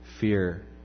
fear